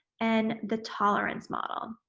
and the tolerance model.